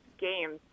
games